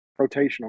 Rotational